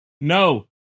no